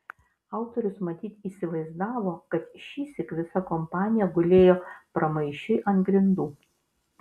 autorius matyt įsivaizdavo kad šįsyk visa kompanija gulėjo pramaišiui ant grindų